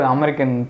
American